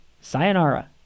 sayonara